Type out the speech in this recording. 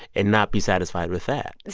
and not be satisfied with that.